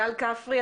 גל כפרי,